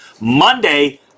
Monday